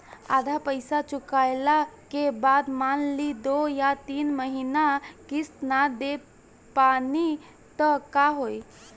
आधा पईसा चुकइला के बाद मान ली दो या तीन महिना किश्त ना दे पैनी त का होई?